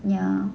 ya